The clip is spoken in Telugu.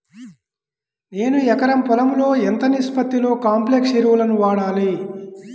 నేను ఎకరం పొలంలో ఎంత నిష్పత్తిలో కాంప్లెక్స్ ఎరువులను వాడాలి?